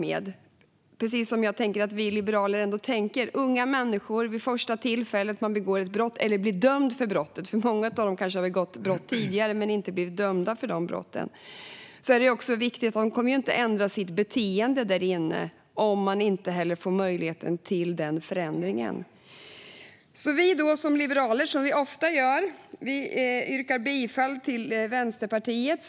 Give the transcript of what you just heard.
Vi liberaler anser att när det gäller de unga människor som blir dömda för ett brott för första gången - många av dem har begått brott tidigare men inte blivit dömda för dem - är det viktigt att komma ihåg att de inte kommer att ändra sitt beteende om de inte får möjligheten till en förändring. Vi liberaler ställer oss, som vi ofta gör, bakom en motion från Vänsterpartiet.